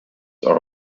are